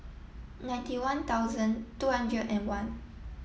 ninety one thousand two hundred and one